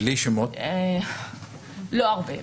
לא הרבה,